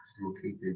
located